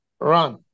run